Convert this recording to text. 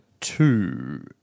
two